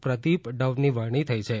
પ્રદીપ ડવની વરણી થઇ છે